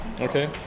Okay